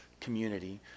community